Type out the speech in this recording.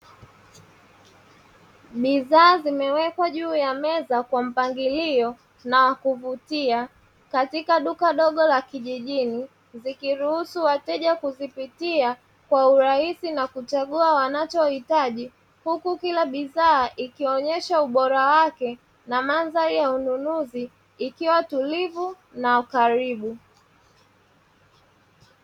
Bidhaa zimewekwa juu ya meza kwa mpangilio na wakuvutia katika duka dogo la kijijini, zikiruhusu wateja kuzipitia kwa urahisi na kuchagua wanachohitaji huku kila bidhaa ikionyesha ubora wake na mandhari ya ununuzi ikiwa tulivu na ukaribu.